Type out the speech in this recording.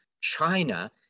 China